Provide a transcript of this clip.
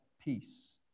peace